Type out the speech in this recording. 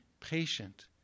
patient